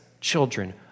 children